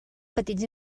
petits